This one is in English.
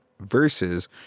versus